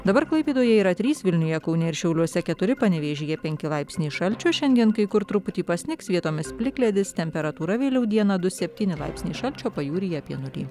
dabar klaipėdoje yra trys vilniuje kaune ir šiauliuose keturi panevėžyje penki laipsniai šalčio šiandien kai kur truputį pasnigs vietomis plikledis temperatūra vėliau dieną du septyni laipsniai šalčio pajūryje apie nulį